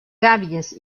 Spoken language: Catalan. gàbies